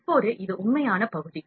இப்போது இது உண்மையான பகுதி